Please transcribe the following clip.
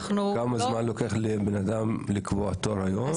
כמה זמן לוקח לבן אדם לקבוע תור היום,